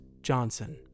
Johnson